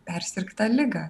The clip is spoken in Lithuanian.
persirgtą ligą